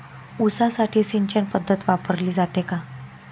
ऊसासाठी सिंचन पद्धत वापरली जाते का?